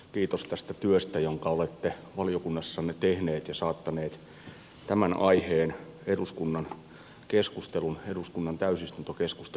kiitos tästä työstä jonka olette valiokunnassanne tehneet ja siitä että olette saattaneet tämän aiheen eduskunnan täysistuntokeskustelun tasolle